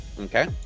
Okay